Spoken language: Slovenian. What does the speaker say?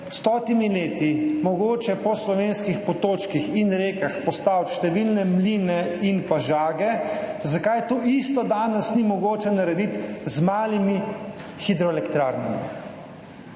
stotimi leti mogoče po slovenskih potočkih in rekah postaviti številne mline in žage, zakaj to isto danes ni mogoče narediti z malimi hidroelektrarnami.